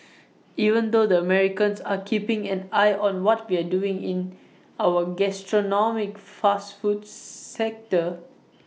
even the Americans are keeping an eye on what we're doing in our gastronomic fast food sector